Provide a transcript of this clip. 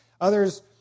Others